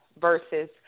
versus